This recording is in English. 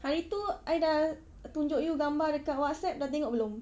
hari itu I dah tunjuk you gambar dekat WhatsApp dah tengok belum